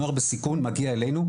נוער בסיכון מגיע אלינו,